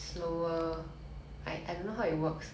or I can just not smell